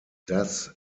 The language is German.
das